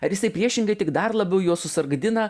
ar jisai priešingai tik dar labiau juos susargdina